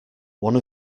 one